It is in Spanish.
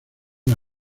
una